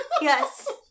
Yes